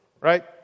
right